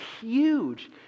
huge